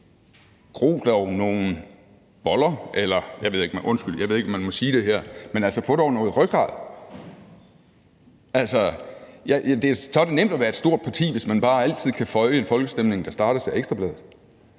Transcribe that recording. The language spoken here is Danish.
gro dog nogle boller. Nej, undskyld, jeg ved ikke, om man må sige det her. Men få dog noget rygrad! Det er så nemt at være et stort parti, hvis man bare altid føjer en folkestemning, der startes af Ekstra Bladet.